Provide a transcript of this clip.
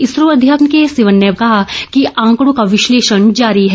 इसरो अध्यक्ष के सिवन ने कहा कि आंकड़ों का विश्लेषण जारी है